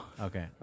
Okay